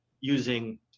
using